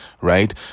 right